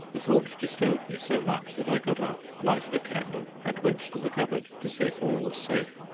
the thought disturbed me so much that i got up, lighted a candle, and went to the cupboard to see if all was safe.